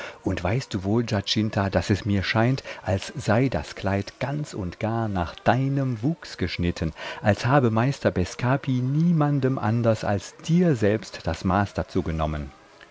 und weißt du wohl giacinta daß es mir scheint als sei das kleid ganz und gar nach deinem wuchs geschnitten als habe meister bescapi niemandem anders als dir selbst das maß dazu genommen